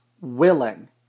willing